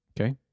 Okay